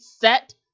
set